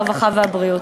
הרווחה והבריאות.